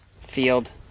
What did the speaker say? field